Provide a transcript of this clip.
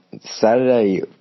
Saturday